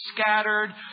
scattered